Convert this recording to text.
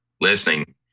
listening